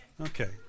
Okay